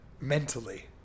mentally